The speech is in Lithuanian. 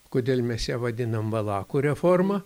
kodėl mes ją vadinam valakų reforma